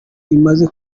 imaze